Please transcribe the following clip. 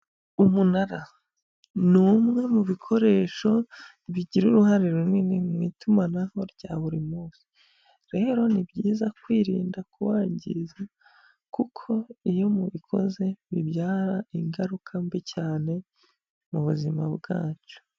Umunara ni umwe mu bikoresho bigira uruhare runini mu itumanaho rya buri munsi, rero ni byiza kwirinda kuwangiza kuko iyo mubikoze bibyara ingaruka mbi cyane mu buzima bwacu.